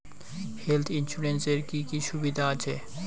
Health insurance এ কি কি সুবিধা আছে?